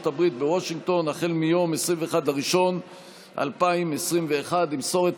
הברית בוושינגטון החל ביום 21 בינואר 2021. ימסור את